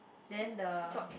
then the